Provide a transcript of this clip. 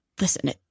Listen